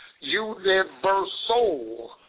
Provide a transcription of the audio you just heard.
Universal